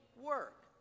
work